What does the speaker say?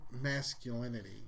masculinity